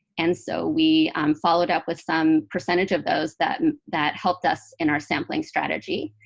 and so we um followed up with some percentage of those that that helped us in our sampling strategy.